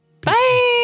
Bye